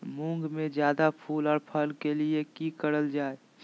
मुंग में जायदा फूल और फल के लिए की करल जाय?